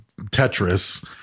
Tetris